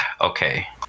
Okay